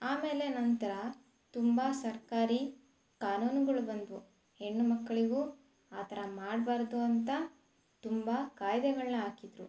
ಆಮೇಲೆ ನಂತರ ತುಂಬ ಸರ್ಕಾರಿ ಕಾನೂನುಗಳು ಬಂದವು ಹೆಣ್ಣು ಮಕ್ಕಳಿಗು ಆ ಥರ ಮಾಡಬಾರ್ದು ಅಂತ ತುಂಬ ಕಾಯಿದೆಗಳನ್ನ ಹಾಕಿದ್ರು